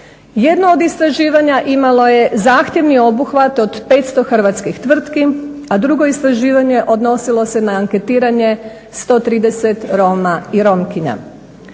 Jedno od istraživanja imalo je zahtjevni obuhvat od 500 hrvatskih tvrtki, a drugo istraživanje odnosilo se na anketiranje 130 Roma i Romkinja.